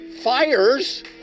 fires